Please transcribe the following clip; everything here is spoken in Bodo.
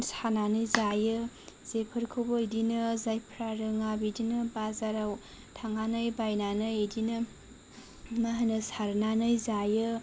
सानानै जायो जेफोरखौबो इदिनो जायफ्रा रोङा बिदिनो बाजाराव थांनानै बायनानै इदिनो मा होनो सारनानै जायो